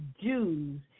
Jews